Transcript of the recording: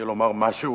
לומר משהו